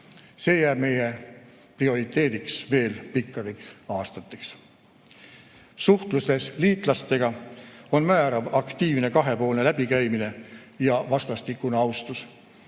See jääb meie prioriteediks veel pikkadeks aastateks. Suhtluses liitlastega on määrav aktiivne kahepoolne läbikäimine ja vastastikune austus.